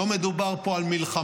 לא מדובר פה על מלחמה,